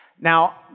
Now